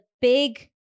big